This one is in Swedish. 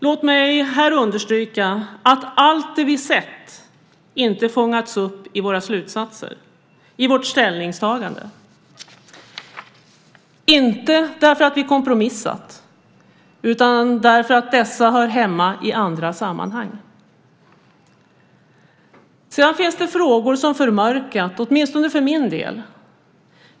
Låt mig här understryka att allt det vi sett inte fångats upp i våra slutsatser och i vårt ställningstagande - inte därför att vi kompromissat utan därför att dessa uppgifter hör hemma i andra sammanhang. Det finns också frågor som förmörkat, åtminstone för min del.